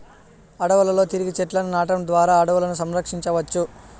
అడవులలో తిరిగి చెట్లను నాటడం ద్వారా అడవులను సంరక్షించవచ్చు